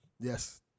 yes